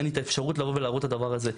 אבל אין לי את האפשרות לבוא ולהראות את הדבר הזה.